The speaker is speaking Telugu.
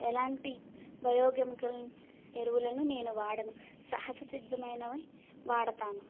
ఎలాంటి బయోకెమికల్ ఎరువులను నేను వాడను సహజసిద్దమైనవి వాడతాను